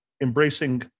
embracing